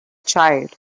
child